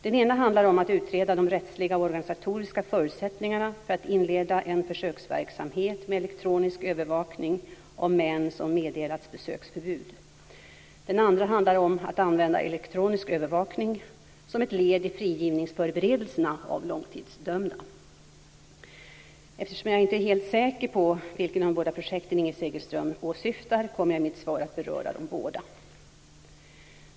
Det ena handlar om att utreda de rättsliga och organisatoriska förutsättningarna för att inleda en försöksverksamhet med elektronisk övervakning av män som meddelats besöksförbud. Det andra handlar om att använda elektronisk övervakning som ett led i frigivningsförberedelserna av långtidsdömda. Eftersom jag inte är helt säker på vilket av de båda projekten Inger Segelström åsyftar kommer jag i mitt svar att beröra dem båda.